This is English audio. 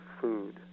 food